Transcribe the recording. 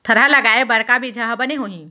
थरहा लगाए बर का बीज हा बने होही?